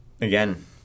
Again